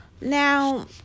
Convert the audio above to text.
Now